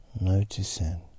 noticing